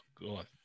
God